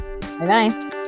bye